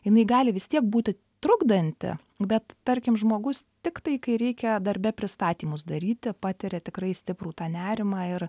jinai gali vis tiek būti trukdanti bet tarkim žmogus tiktai kai reikia darbe pristatymus daryti patiria tikrai stiprų tą nerimą ir